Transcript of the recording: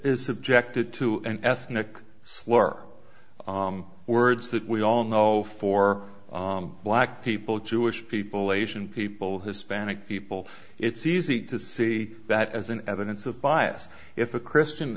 subjected to an ethnic slur or words that we all know for black people jewish people asian people hispanic people it's easy to see that as an evidence of bias if a christian